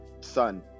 son